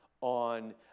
on